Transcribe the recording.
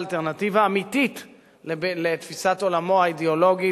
אלטרנטיבה אמיתית לתפיסת עולמו האידיאולוגית,